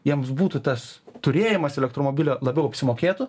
jiems būtų tas turėjimas elektromobilio labiau apsimokėtų